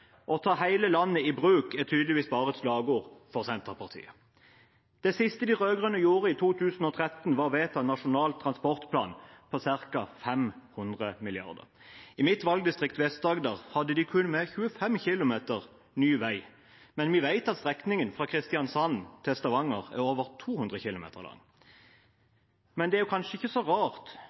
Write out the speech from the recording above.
Å ta hele landet i bruk er tydeligvis bare et slagord for Senterpartiet. Det siste de rød-grønne gjorde i 2013, var å vedta Nasjonal transportplan på ca. 500 mrd. kr. I mitt valgdistrikt, Vest-Agder, hadde de kun med 25 km ny vei. Og vi vet at strekningen fra Kristiansand til Stavanger er over 200 km lang. Men det er kanskje ikke så rart,